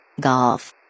Golf